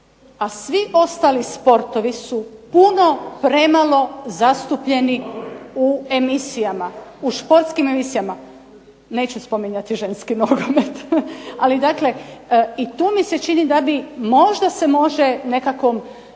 A svi ostali sportovi su puno premalo zastupljeni u emisijama u sportskim emisijama. Neću spominjati ženski nogomet. Ali tu mi se čini da se možda može nekakvom